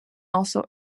also